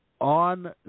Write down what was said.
on